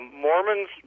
Mormons